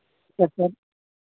yes sir